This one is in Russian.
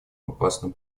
опасным